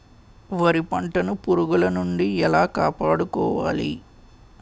వరి పంటను పురుగుల నుండి ఎలా కాపాడుకోవాలి?